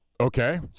Okay